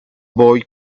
boy